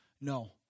No